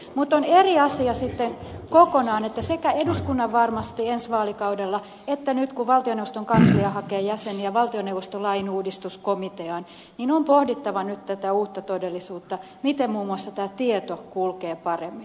mutta on sitten kokonaan eri asia että sekä eduskunnassa ensi vaalikaudella että nyt kun valtioneuvoston kanslia hakee jäseniä valtioneuvostolain uudistuskomiteaan on pohdittava tätä uutta todellisuutta miten muun muassa tämä tieto kulkee paremmin